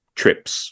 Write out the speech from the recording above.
trips